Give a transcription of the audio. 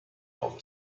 auf